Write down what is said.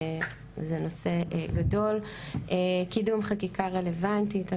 זה נושא גדול; קידום חקיקה רלוונטית.